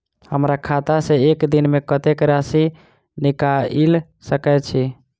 हमरा खाता सऽ एक दिन मे कतेक राशि निकाइल सकै छी